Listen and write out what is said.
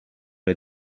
les